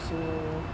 so